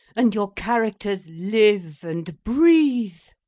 and your characters live and breathe.